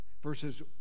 verses